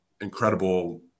incredible